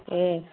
दे